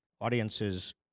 audiences